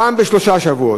פעם בשלושה שבועות.